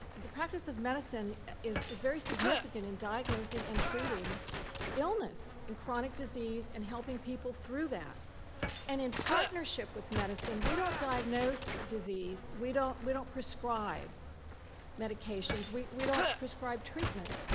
the practice of medicine is is very significant in diagnosing and treating illness and chronic disease and helping people through that and, in partnership with medicine, we don't diagnose disease. we don't we don't prescribe medications, we we don't prescribe treatments.